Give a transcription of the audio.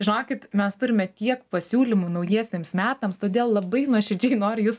žinokit mes turime tiek pasiūlymų naujiesiems metams todėl labai nuoširdžiai noriu jus